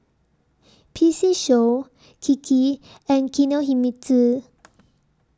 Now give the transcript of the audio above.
P C Show Kiki and Kinohimitsu